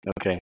Okay